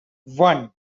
one